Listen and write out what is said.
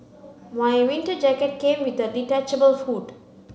my winter jacket came with a detachable hood